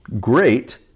great